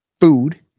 food